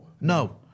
No